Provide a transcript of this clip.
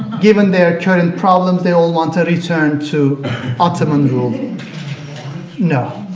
given their current problems, they all want to return to ottoman rule no.